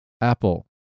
apple